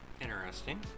Interesting